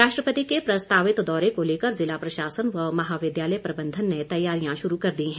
राष्ट्रपति के प्रस्तावित दौरे को लेकर जिला प्रशासन व महाविद्यालय प्रबंधन ने तैयारियां शुरू कर दी है